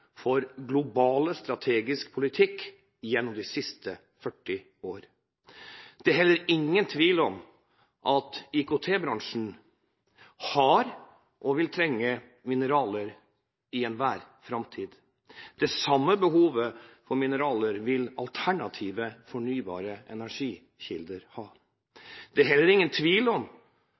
for global strategisk politikk gjennom de siste 40 årene. Det er heller ingen tvil om at IKT-bransjen har trengt og vil trenge mineraler i all framtid. Det samme behovet for mineraler vil alternative, fornybare energikilder ha. Det er heller ingen tvil om